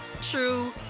true